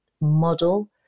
model